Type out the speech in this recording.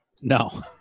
No